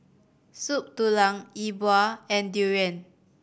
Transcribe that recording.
Soup Tulang E Bua and durian